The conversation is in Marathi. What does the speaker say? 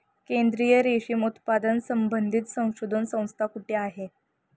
केंद्रीय रेशीम उत्पादन संबंधित संशोधन संस्था कोठे आहे?